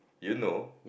you know